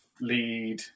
lead